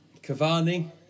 Cavani